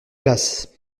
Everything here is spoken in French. classe